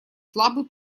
слабый